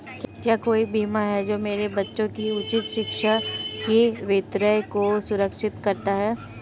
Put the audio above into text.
क्या कोई बीमा है जो मेरे बच्चों की उच्च शिक्षा के वित्त को सुरक्षित करता है?